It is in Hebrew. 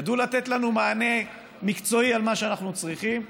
ידעו לתת לנו מענה מקצועי על מה שאנחנו צריכים,